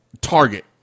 target